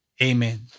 Amen